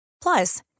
Plus